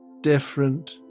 different